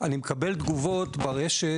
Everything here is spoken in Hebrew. אני מקבל תגובות ברשת,